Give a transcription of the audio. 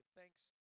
Thanks